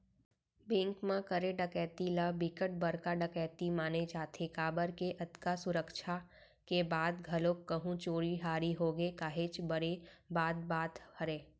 bank म करे डकैती ल बिकट बड़का डकैती माने जाथे काबर के अतका सुरक्छा के बाद घलोक कहूं चोरी हारी होगे काहेच बड़े बात बात हरय